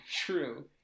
true